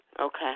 Okay